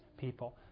people